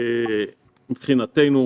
מבחינתנו,